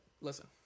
Listen